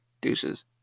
Deuces